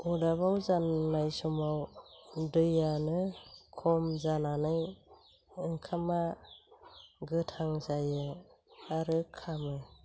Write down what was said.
अरदाबाव जाननाय समाव दैयानो खम जानानै ओंखामा गोथां जायो आरो खामो